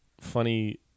funny